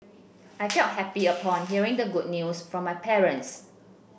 I felt happy upon hearing the good news from my parents